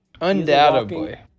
undoubtedly